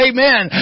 Amen